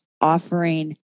offering